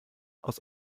aus